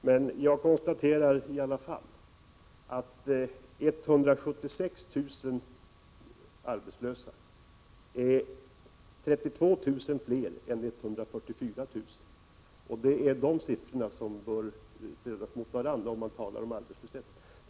Herr talman! Jag konstaterar i alla fall att 176 000 arbetslösa är 32 000 fler än 144 000, och det är de siffrorna som bör ställas mot varandra om man talar om arbetslöshet.